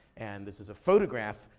and this is a photograph,